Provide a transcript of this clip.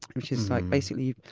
which is, like basically,